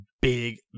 big